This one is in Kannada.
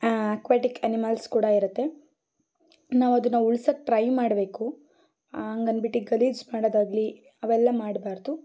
ಅಕ್ವಾಟಿಕ್ ಎನಿಮಲ್ಸ್ ಕೂಡ ಇರತ್ತೆ ನಾವದನ್ನು ಉಳ್ಸೋಕ್ಕೆ ಟ್ರೈ ಮಾಡಬೇಕು ಹಂಗನ್ಬಿಟ್ಟು ಗಲೀಜು ಮಾಡೋದಾಗಲಿ ಅವೆಲ್ಲ ಮಾಡಬಾರ್ದು